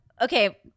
Okay